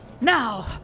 Now